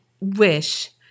wish